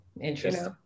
Interesting